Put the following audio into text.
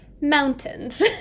mountains